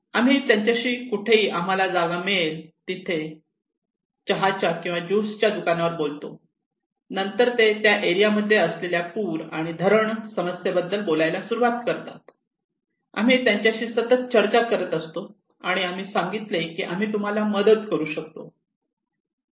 आम्ही त्यांच्याशी कुठेही आम्हाला जागा मिळेल तिथे चहाच्या किंवा ज्यूस या दुकानांवर बोलतो नंतर ते त्या एरिया मध्ये असलेल्या पूर आणि धरण समस्येबद्दल बोलायला सुरुवात करतात आम्ही त्यांच्याशी सतत चर्चा करत असतो आणि आम्ही सांगितले की आम्ही तुम्हाला मदत करू शकतो